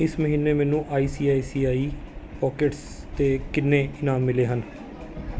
ਇਸ ਮਹੀਨੇ ਮੈਨੂੰ I C I C I pockets 'ਤੇ ਕਿੰਨੇ ਇਨਾਮ ਮਿਲੇ ਹਨ